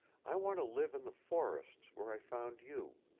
i want to live in the forests, where i found you.